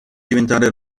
diventare